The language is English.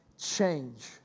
change